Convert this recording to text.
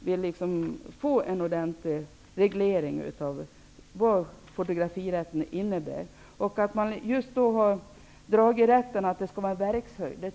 Vi måste få en ordentlig reglering av vad fotografirätten innebär. Man har dragit gränsen med hjälp av begreppet verkshöjd.